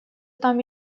там